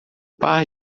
par